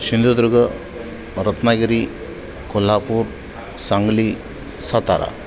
Sindhudurg Ratnagiri Kolhapur Sangli Satara